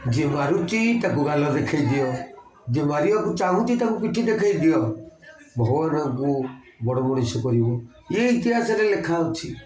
ଯିଏ ମାରୁଛି ତାକୁ ଗାଲ ଦେଖାଇ ଦିଅ ଯିଏ ମାରିବାକୁ ଚାହୁଁଛି ତାକୁ ପିଠି ଦେଖାଇ ଦିଅ ଭଗବାନଙ୍କୁ ବଡ଼ ମଣିଷ କରିବ ଏ ଇତିହାସରେ ଲେଖା ଅଛି